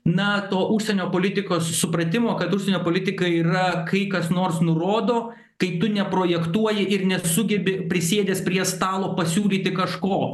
nato užsienio politikos supratimo kad užsienio politika yra kai kas nors nurodo kai tu neprojektuoji ir nesugebi prisėdęs prie stalo pasiūlyti kažko